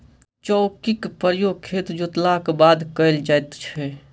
चौकीक प्रयोग खेत जोतलाक बाद कयल जाइत छै